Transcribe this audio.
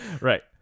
right